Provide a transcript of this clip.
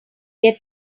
get